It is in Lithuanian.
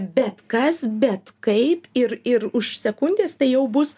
bet kas bet kaip ir ir už sekundės tai jau bus